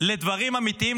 לדברים אמיתיים,